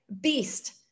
beast